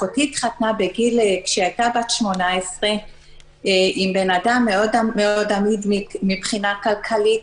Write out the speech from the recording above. אחותי התחתנה בגיל 18 עם אדם מאוד אמיד מבחינה כלכלית.